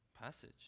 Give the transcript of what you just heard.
Passage